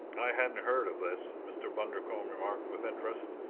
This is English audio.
i hadn't heard of this! mr. bundercombe remarked with interest.